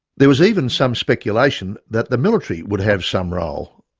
there was even some speculation that the military would have some role,